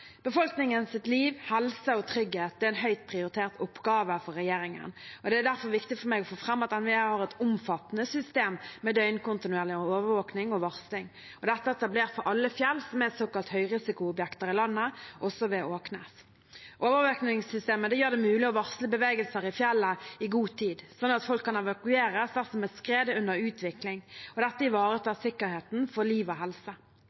liv, helse og trygghet er en høyt prioritert oppgave for regjeringen. Det er derfor viktig for meg å få fram at NVE har et omfattende system med døgnkontinuerlig overvåking og varsling. Dette er etablert for alle fjell i landet som er såkalte høyrisikoobjekter, også ved Åkneset. Overvåkingssystemet gjør det mulig å varsle bevegelser i fjellet i god tid, slik at folk kan evakueres dersom et skred er under utvikling. Dette ivaretar sikkerheten for liv og helse.